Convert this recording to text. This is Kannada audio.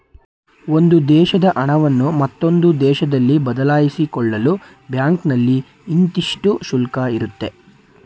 ಒಂದು ದೇಶದ ಹಣವನ್ನು ಮತ್ತೊಂದು ದೇಶದಲ್ಲಿ ಬದಲಾಯಿಸಿಕೊಳ್ಳಲು ಬ್ಯಾಂಕ್ನಲ್ಲಿ ಇಂತಿಷ್ಟು ಶುಲ್ಕ ಇರುತ್ತೆ